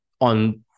on